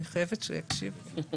אני נציגת פורום